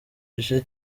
gice